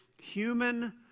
human